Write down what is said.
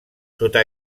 sota